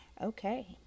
Okay